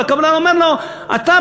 הקבלן אומר לו: אתה,